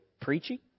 Preaching